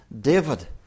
David